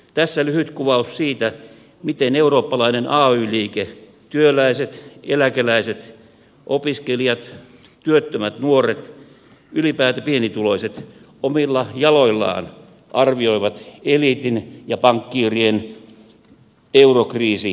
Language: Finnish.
tässä lyhyt kuvaus siitä miten eurooppalainen ay liike työläiset eläkeläiset opiskelijat työttömät nuoret ylipäätään pienituloiset omilla jaloillaan arvioivat eliitin ja pankkiirien eurokriisipolitiikkaa